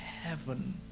heaven